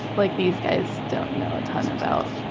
like these guys don't know a ton about